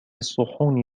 الصحون